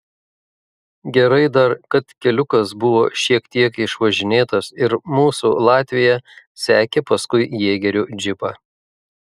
gerai dar kad keliukas buvo šiek tiek išvažinėtas ir mūsų latvija sekė paskui jėgerių džipą